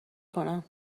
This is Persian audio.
کنن